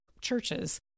churches